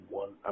one –